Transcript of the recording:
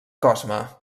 cosme